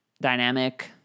Dynamic